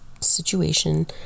situation